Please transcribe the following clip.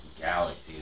Galaxies